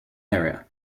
area